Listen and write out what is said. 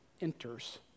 enters